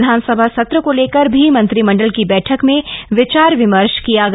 विधानसभा सत्र को लेकर भी मंत्रिमंडल की बैठक में विचार विमर्श किया गया